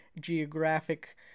geographic